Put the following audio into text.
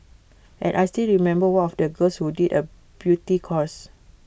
and I still remember one of the girls who did A beauty course